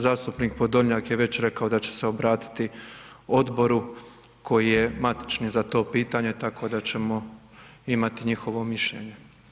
Zastupnik Podolnjak je već rekao da će se obratiti odboru koji je matični za to pitanje tako da ćemo imati njihovo mišljenje.